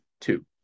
two